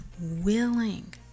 willing